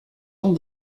dans